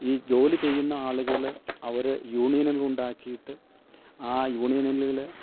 ഈ ജോലി ചെയ്യുന്ന ആളുകൾ അവര് യൂണിയനുകളുണ്ടാക്കിയിട്ട് ആ യൂണിയനിൽ